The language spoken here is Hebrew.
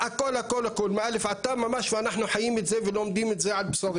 הכול מ-א' ועד ת' ואנחנו חיים את זה ולומדים את זה על בשרינו.